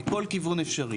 מכל כיוון אפשרי.